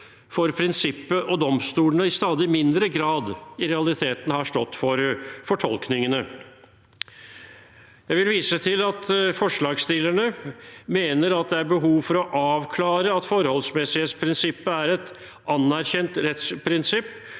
for prinsippet, og domstolene har i realiteten i stadig mindre grad stått for fortolkningene. Jeg vil vise til at forslagsstillerne mener at det er behov for å avklare at forholdsmessighetsprinsippet er et anerkjent rettsprinsipp